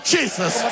Jesus